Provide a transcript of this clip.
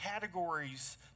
categories